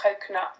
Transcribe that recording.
coconut